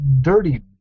dirty